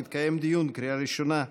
מתקיים דיון בקריאה ראשונה.